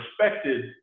respected